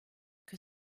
que